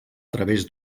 través